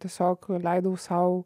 tiesiog leidau sau